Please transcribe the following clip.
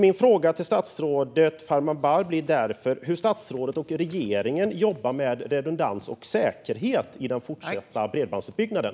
Min fråga till statsrådet Farmanbar blir därför: Hur jobbar statsrådet och regeringen med redundans och säkerhet i den fortsatta bredbandsutbyggnaden?